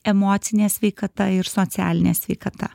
emocinė sveikata ir socialinė sveikata